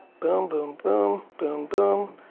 boom, boom, boom. boom, boom.